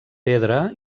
pedra